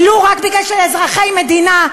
ולו רק מפני שאזרחי המדינה,